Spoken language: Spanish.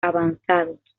avanzados